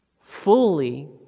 fully